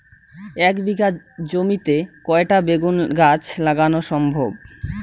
এক বিঘা জমিতে কয়টা বেগুন গাছ লাগানো সম্ভব?